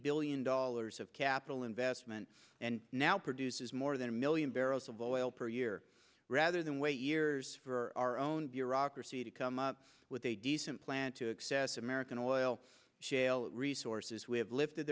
billion dollars of capital investment and now produces more than a million barrels of oil per year rather than wait years for our own bureaucracy to come up with a decent plan to access american oil shale resources we have lifted